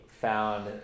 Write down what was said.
found